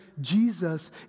Jesus